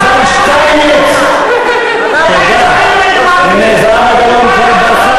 אמרת: היינו פה לפניך ונהיה גם אחריך.